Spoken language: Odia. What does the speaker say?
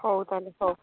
ହଉ ତାହେଲେ ହଉ